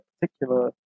particular